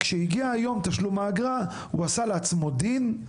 כשהגיעה יום תשלום האגרה הוא עשה לעצמו דין,